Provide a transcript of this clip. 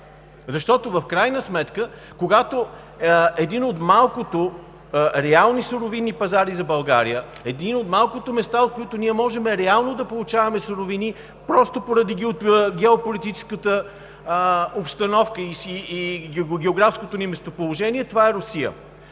защото в крайна сметка, когато един от малкото реални суровинни пазари за България, едно от малкото места, от които ние можем реално да получаваме суровини просто поради геополитическата обстановка и географското ни местоположение, това е Русия.